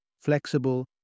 flexible